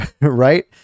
right